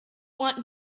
want